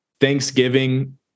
Thanksgiving